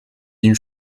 d’une